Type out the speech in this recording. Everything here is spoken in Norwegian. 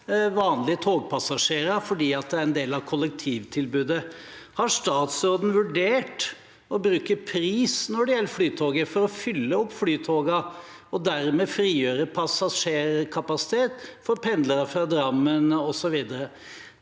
vanlige togpassasjerer fordi det er en del av kollektivtilbudet. Har statsråden vurdert å bruke pris når det gjelder Flytoget, for å fylle opp flytogene og dermed frigjøre passasjerkapasitet for pendlere fra Drammen osv.?